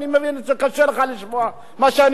קשה לך לשמוע מה שאני אומר.